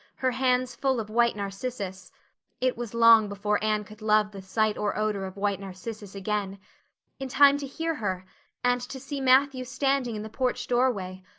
her hands full of white narcissus it was long before anne could love the sight or odor of white narcissus again in time to hear her and to see matthew standing in the porch doorway,